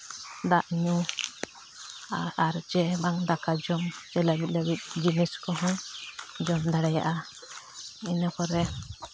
ᱫᱟᱜ ᱧᱩ ᱟᱨ ᱡᱮ ᱵᱟᱝ ᱫᱟᱠᱟ ᱡᱚᱢ ᱦᱚᱪᱚ ᱞᱟᱹᱜᱤᱫ ᱡᱤᱱᱤᱥ ᱠᱚᱦᱚᱸ ᱡᱚᱢ ᱫᱟᱲᱮᱭᱟᱜᱼᱟ ᱤᱱᱟᱹ ᱯᱚᱨᱮ